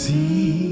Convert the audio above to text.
See